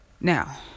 Now